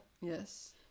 Yes